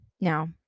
Now